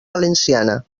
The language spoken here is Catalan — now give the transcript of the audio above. valenciana